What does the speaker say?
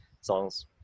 songs